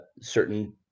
certain